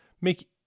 make